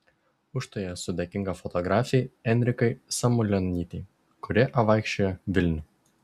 už tai esu dėkinga fotografei enrikai samulionytei kuri apvaikščiojo vilnių